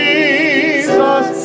Jesus